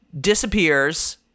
disappears